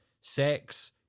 sex